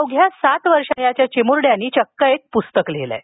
अवध्या सात वर्षे वयाच्या चिम्रख्यांनं चक्क एक पुस्तक लिहिलंय